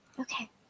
Okay